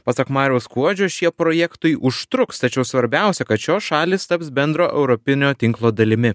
pasak mariaus skuodžio šie projektai užtruks tačiau svarbiausia kad šios šalys taps bendro europinio tinklo dalimi